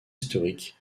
historique